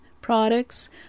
products